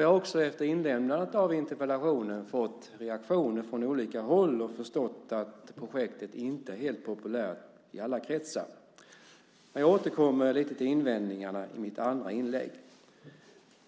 Jag har också efter inlämnandet av interpellationen fått reaktioner från olika håll och förstått att projektet inte är helt populärt i alla kretsar. Jag återkommer till invändningarna i mitt andra inlägg.